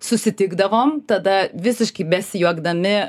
susitikdavom tada visiški besijuokdami